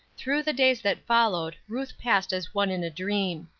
through the days that followed ruth passed as one in a dream.